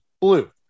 blue